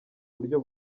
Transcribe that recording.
buryo